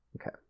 Okay